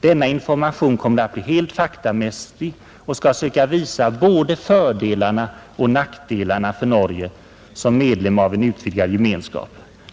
Denna information kommer att bli helt faktamässig och skall söka visa både fördelarna och nackdelarna för Norge som medlem av en utvidgad Gemenskap.